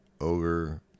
Ogre